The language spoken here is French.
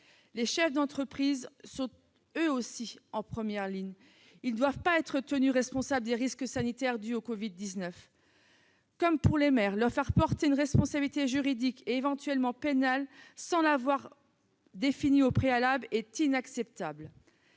Les chefs d'entreprise sont eux aussi en première ligne. Ils ne doivent pas être tenus responsables des risques sanitaires dus au Covid-19. Comme pour les maires, leur faire porter une responsabilité juridique, éventuellement pénale, sans l'avoir définie au préalable est inacceptable.